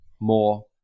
more